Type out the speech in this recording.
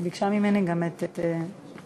היא ביקשה ממני גם את, לא,